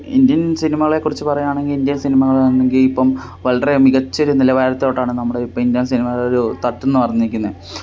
Indian സിനിമകളെക്കുറിച്ച് പറയാണെങ്കിൽ Indian സിനിമകളാണെങ്കില് ഇപ്പോള് വളരെ മികച്ചൊരു നിലവാരത്തോട്ടാണ് നമ്മുടെ ഇപ്പോള് ഇന്ത്യൻ സിനിമ ഒരു എന്ന് പറഞ്ഞിരിക്കുന്നേ